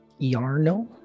Yarno